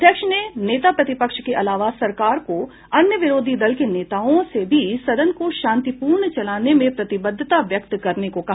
अध्यक्ष ने नेता प्रतिपक्ष के अलावा सरकार और अन्य विरोधी दल के नेताओं से भी सदन को शांतिपूर्वक चलाने में प्रतिबद्धता व्यक्त करने को कहा